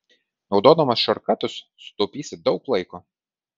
naudodamas šortkatus sutaupysi daug laiko